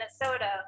minnesota